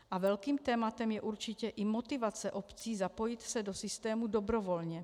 A velkým tématem je určitě i motivace obcí zapojit se do systému dobrovolně.